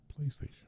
PlayStation